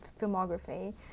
filmography